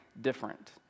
different